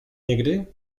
někdy